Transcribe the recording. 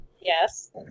Yes